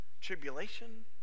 Tribulation